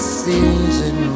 season